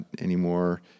anymore